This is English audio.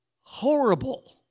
horrible